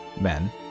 men